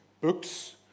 books